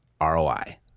ROI